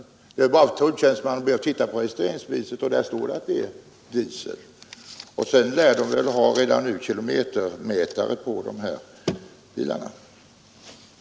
Då är det bara för tulltjänstemannenh att be att få titta på registreringsbeviset, och där står det att bilen är dieseldriven. För övrigt lär man redan nu ha kilometermätare på de dieseldrivna bilarna.